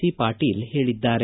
C Patil ಹೇಳಿದ್ದಾರೆ